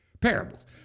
Parables